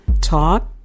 Talk